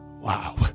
Wow